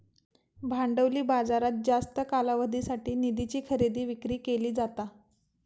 भांडवली बाजारात जास्त कालावधीसाठी निधीची खरेदी विक्री केली जाता